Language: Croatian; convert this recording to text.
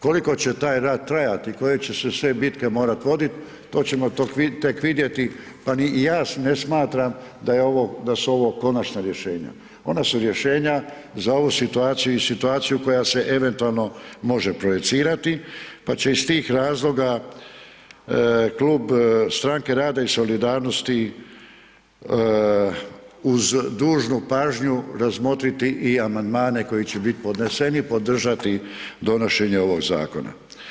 Koliko će taj rat trajati, koje će se sve bitke morat vodit to ćemo tek vidjeti, pa ni ja ne smatram da je ovo, da su ovo konačna rješenja, ona su rješenja za ovu situaciju i situaciju koja se eventualno može projicirati pa će iz tih razloga Klub Stranke rada i solidarnosti uz dužnu pažnju razmotriti i amandmane koji će biti podneseni, podržati donošenje ovog zakona.